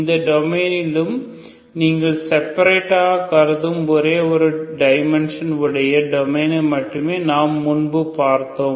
இந்த டொமைனிலும் நீங்கள் செபரேட்டாக கருதும் ஒரே ஒரு டைமென்ஷன் உடைய டொமைனை மட்டுமே நாம் முன்பு பார்த்தோம்